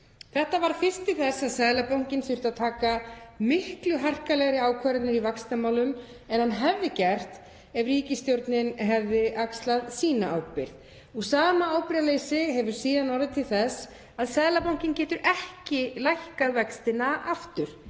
Þetta varð fyrst til þess að Seðlabankinn þurfti taka miklu harkalegri ákvarðanir í vaxtamálum en hann hefði gert ef ríkisstjórnin hefði axlað sína ábyrgð. Sama ábyrgðarleysi hefur síðan orðið til þess að Seðlabankinn getur ekki lækkað vextina aftur.